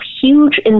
huge